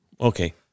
okay